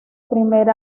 primer